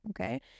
Okay